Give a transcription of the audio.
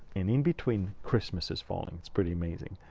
and in between, christmas is falling it's pretty amazing,